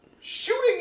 shooting